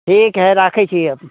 ठीक अइ राखै छी आब